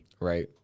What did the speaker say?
Right